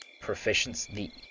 proficiency